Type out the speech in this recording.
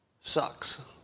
sucks